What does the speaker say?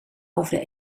over